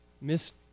Miss